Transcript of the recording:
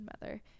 Mother